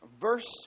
verse